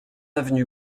avenue